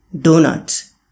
donuts